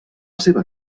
seva